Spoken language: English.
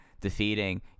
defeating